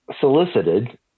solicited